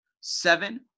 Seven